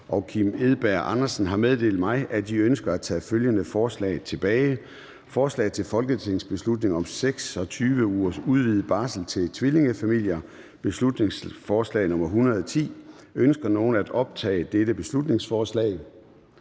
og Kim Edberg Andersen (NB) har meddelt mig, at de ønsker at tage følgende forslag tilbage: Beslutningsforslag nr. B 110 (Forslag til folketingsbeslutning om 26 ugers udvidet barsel til tvillingefamilier). Ønsker nogen at optage dette beslutningsforslag?